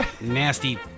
nasty